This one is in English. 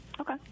Okay